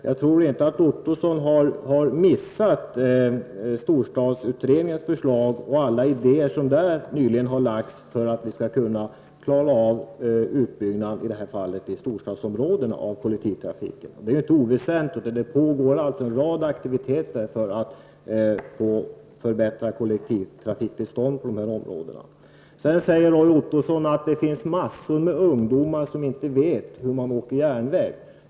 Jag tror inte att Roy Ottosson har missat storstadsutredningens förslag och alla idéer som i denna utredning har presenterats om hur vi skall kunna klara av utbyggnaden av kollektivtrafiken i storstadsområdena. Det pågår alltså en rad aktiviteter som går ut på att förbättra kollektivtrafikbeståndet på dessa områden. Sedan säger Roy Ottosson att det finns massor av ungdomar som inte vet hur man reser med järnväg.